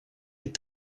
est